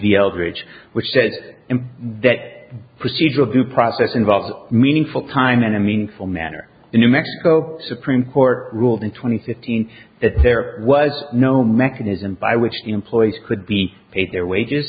eldridge which said that procedural due process involves meaningful time in a meaningful manner in new mexico supreme court ruled in twenty fifteen that there was no mechanism by which the employees could be paid their wages